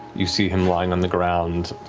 you see him lying on the ground,